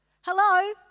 Hello